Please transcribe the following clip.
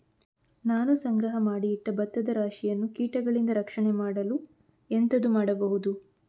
ನಾನು ಸಂಗ್ರಹ ಮಾಡಿ ಇಟ್ಟ ಭತ್ತದ ರಾಶಿಯನ್ನು ಕೀಟಗಳಿಂದ ರಕ್ಷಣೆ ಮಾಡಲು ಎಂತದು ಮಾಡಬೇಕು?